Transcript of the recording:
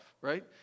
right